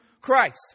Christ